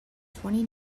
twenty